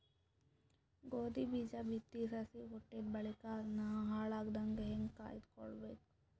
ಗೋಧಿ ಬೀಜ ಬಿತ್ತಿ ಸಸಿ ಹುಟ್ಟಿದ ಬಳಿಕ ಅದನ್ನು ಹಾಳಾಗದಂಗ ಹೇಂಗ ಕಾಯ್ದುಕೊಳಬೇಕು?